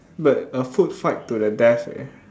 but a food fight to the death eh